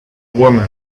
woman